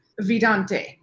Vidante